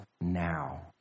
now